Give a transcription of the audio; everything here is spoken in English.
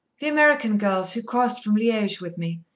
the american girls who crossed from liege with me.